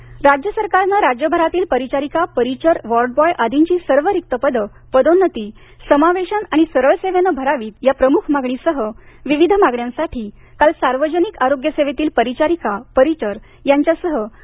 परिचारिका आंदोलन राज्य सरकारनं राज्यभरातील परिचारीका परिचर वॉर्डबॉय आदींची सर्व रिक्त पदं पदोन्नती समावेशन आणि सरळसेवेने भरावीत या प्रम्ख मागणीसह विविध मागण्यांसाठी काल सार्वजनिक आरोग्य सेवेतील परिचारिका परिचर यांच्यासह केल